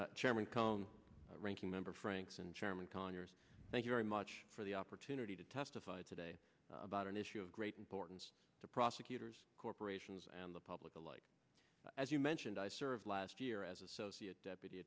chairman come ranking member franks and chairman conyers thank you very much for the opportunity to testified today about an issue of great importance to prosecutors corporations and the public alike as you mentioned i served last year as associate deputy